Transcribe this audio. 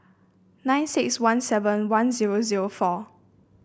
nine six one seven one zero zero four